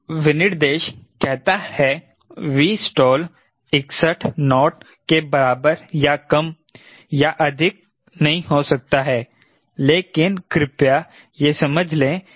विनिर्देश कहता है Vstall 61 नॉट के बराबर या कम या अधिक नहीं हो सकता है लेकिन कृपया यह समझ लें कि यह Vstall है